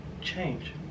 change